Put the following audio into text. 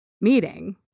meeting